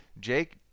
jake